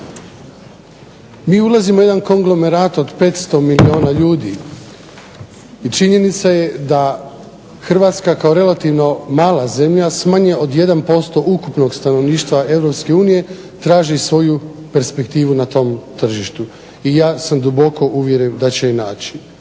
MI ulazimo u jedan konglomerat od 500 milijuna ljudi i činjenica je da Hrvatska kao mala zemlja s manje od 1% ukupnog stanovništva Europske unije traži svoju perspektivu na tom tržištu i ja sam duboko uvjeren da će je naći.